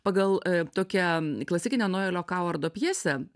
pagal tokią klasikinę noelio kauardo pjesę